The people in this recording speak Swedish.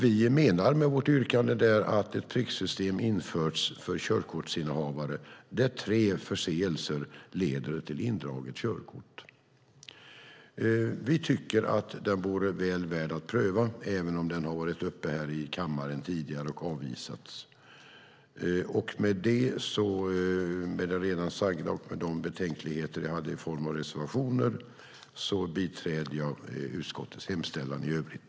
Vi menar med vårt yrkande att ett pricksystem ska införas för körkortsinnehavare där tre förseelser leder till indraget körkort. Vi tycker att det vore väl värt att pröva, även om det har varit uppe i kammaren tidigare och avvisats. Med det redan sagda och med de betänkligheter jag hade i form av reservationer biträder jag utskottets hemställan i övrigt.